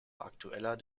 aktueller